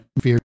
Fear